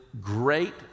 great